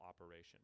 operation